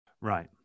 Right